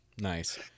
Nice